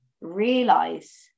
realize